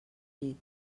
llit